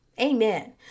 Amen